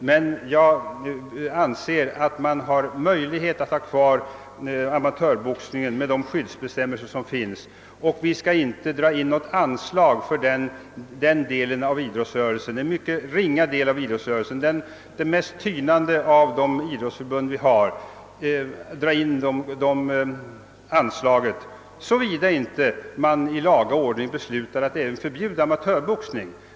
Men jag anser att man bör ha möjlighet att ha kvar amatörboxningen med de skyddsbestämmelser som finns. Vi skall inte dra in något anslag för denna ringa del av idrottsrörelsen — Boxningsförbundet är det mest tynande av våra idrottsförbund — såvida man inte i laga ordning beslutar att förbjuda även amatörboxning.